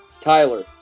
Tyler